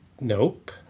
Nope